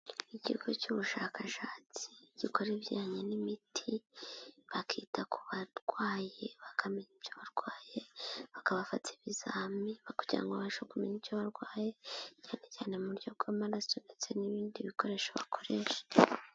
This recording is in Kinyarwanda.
Ikigo cy'ubushakashatsi gikora ibijyanye n'imiti bakita ku barwayi bakamenya ibyo barwaye bakabafata ibizami kugira ngo babashe kumenya icyo barwaye cyane cyane mu buryo bw'amaraso ndetse n'ibindi bikoresho bakoresha.